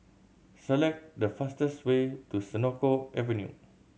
select the fastest way to Senoko Avenue